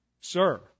Sir